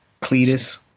Cletus